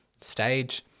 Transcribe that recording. stage